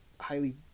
highly